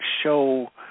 show